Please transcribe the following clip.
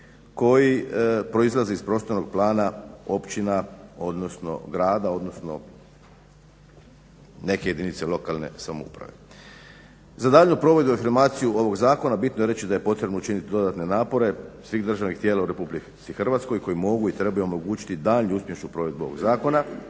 koji proizlazi iz prostornog plana općina, odnosno grada, odnosno neke jedinice lokalne samouprave. Za daljnju provedbu i …/Govornik se ne razumije./… ovog zakona bitno je reći da je potrebno učiniti dodatne napore svih državnih tijela u Republici Hrvatskoj koji mogu i trebaju omogućiti daljnju uspješnu provedbu ovog zakona.